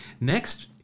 Next